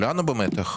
כולנו במתח.